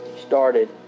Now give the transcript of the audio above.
started